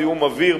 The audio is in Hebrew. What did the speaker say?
זיהום האוויר,